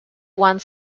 one